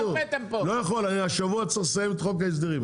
אני השבוע צריך לסיים את חוק ההסדרים.